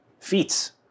feats